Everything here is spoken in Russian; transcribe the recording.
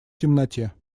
темноте